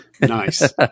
Nice